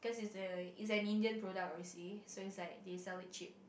it's a it's an Indian product obviously so it's like they sell it cheap